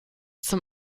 zum